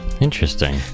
interesting